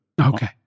Okay